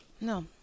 No